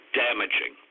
damaging